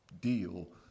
deal